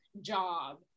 job